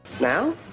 now